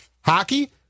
hockey